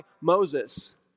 moses